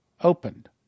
opened